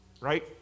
right